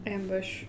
Ambush